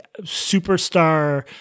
superstar